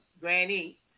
Granny